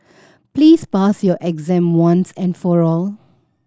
please pass your exam once and for all